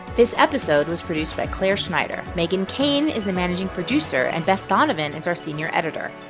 this episode was produced by clare schneider. megan kane is the managing producer. and beth donovan is our senior editor.